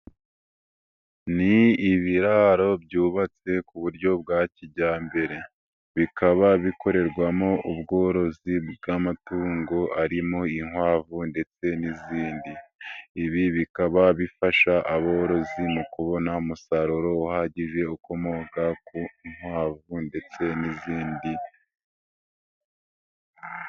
Ni ibiraro byubatse kuburyo bwa kijyambere, bikaba bikorerwamo ubworozi bw'amatungo arimo, inkwavu ndetse n'izindi, ibi bikaba bifasha aborozi mu kubona umusaruro uhagije ukomoka ku nkwavu ndetse n'izindi.